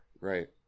Right